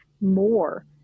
more